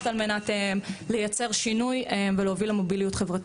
על מנת לייצר שינוי ולהוביל למוביליות חברתית,